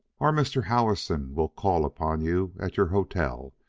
our mr. howison will call upon you at your hotel.